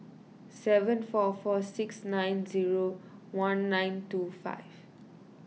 seven four four six nine zero one nine two five